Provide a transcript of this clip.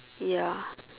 ya